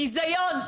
ביזיון,